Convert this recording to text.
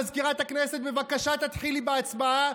הוא אמר למזכירת הכנסת: בבקשה, תתחילי בהצבעה.